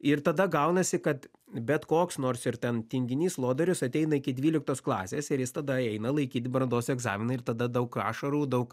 ir tada gaunasi kad bet koks nors ir ten tinginys lodarius ateina iki dvyliktos klasės ir jis tada eina laikyt brandos egzaminą ir tada daug ašarų daug